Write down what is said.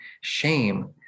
shame